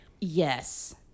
yes